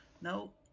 No